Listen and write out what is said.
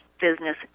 Business